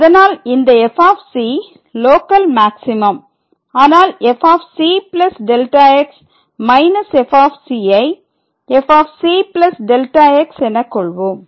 அதனால் இந்த f local maximum ஆனால் fc Δx f ஐ fc Δx எனக்கொள்வோம்